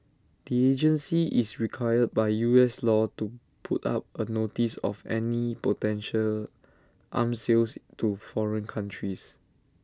the agency is required by U S law to put up A notice of any potential arm sales to foreign countries